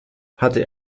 hatte